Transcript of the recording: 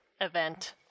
event